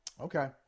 Okay